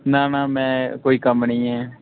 ना ना मैं कोई कम्म नि ऐ